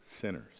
sinners